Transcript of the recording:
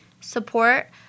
support